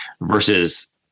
versus